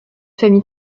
famille